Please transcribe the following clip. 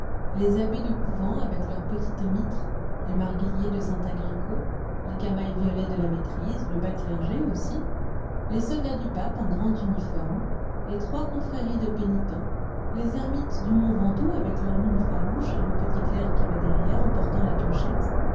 les abbés de couvent avec leurs petites mitres les marguilliers de saint agrico les camails violets de la maîtrise le bas clergé aussi les soldats du pape en grand uniforme les trois confréries de pénitents les ermites du mont ventoux avec leurs mines farouches et le petit clerc qui va derrière en portant la clochette